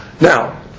Now